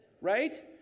Right